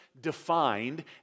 defined